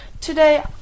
today